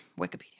Wikipedia